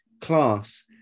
class